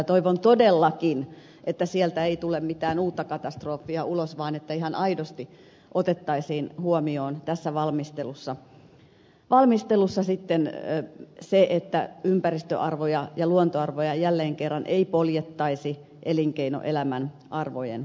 toivon todellakin että sieltä ei tule mitään uutta katastrofia ulos vaan että ihan aidosti otettaisiin huomioon tässä valmistelussa se että ympäristöarvoja ja luontoarvoja jälleen kerran ei poljettaisi elinkeinoelämän arvojen alle